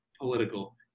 political